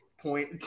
Point